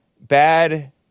bad